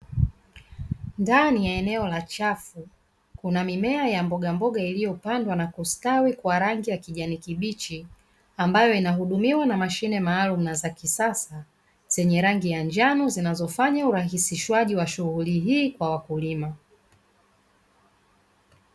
Ndani ya eneo la chafu kuna mimea ya mbogamboga iliyopandwa na kustawi kwa rangi ya kijani kibichi. Ambayo inahudumiwa maalumu na za kisasa, zenye rangi ya njano zinazofanya urahisishwaji wa shughuli kwa wakulima.